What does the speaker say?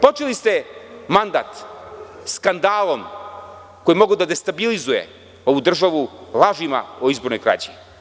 Počeli ste mandat skandalom koji je mogao da destabilizuje ovu državu lažima o izbornoj krađi.